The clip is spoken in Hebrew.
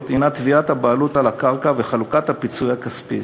היא תביעת הבעלות על הקרקע וחלוקת הפיצוי הכספי.